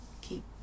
keep